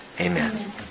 amen